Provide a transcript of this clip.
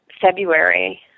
February